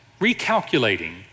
recalculating